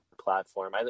platform